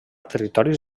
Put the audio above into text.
territoris